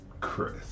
Chris